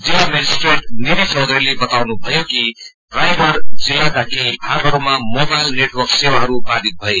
जिल्ला मेजिस्ट्रेट निधि चौधरीले बताउनु भयो कि रायगढ़ जिल्लाका केही भागहरुमा मोबाइल नेटवर्क सेवाहरू बायित भए